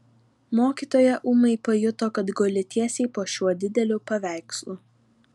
mokytoja ūmai pajuto kad guli tiesiai po šiuo dideliu paveikslu